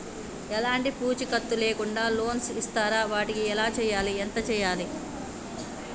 ఎలాంటి పూచీకత్తు లేకుండా లోన్స్ ఇస్తారా వాటికి ఎలా చేయాలి ఎంత చేయాలి?